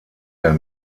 der